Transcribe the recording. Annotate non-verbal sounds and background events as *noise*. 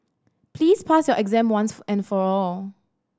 please pass your exam once *unintelligible* and for all